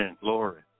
Glory